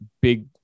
big